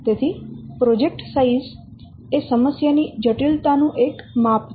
તેથી project size એ સમસ્યા ની જટિલતા નું એક માપ છે